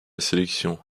sélection